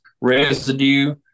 residue